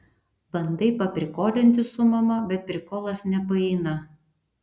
bandai paprikolinti su mama bet prikolas nepaeina